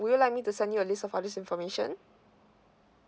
would you like me to send you a list of all this information